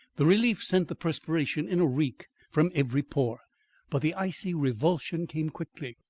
the relief sent the perspiration in a reek from every pore but the icy revulsion came quickly.